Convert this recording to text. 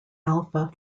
alpha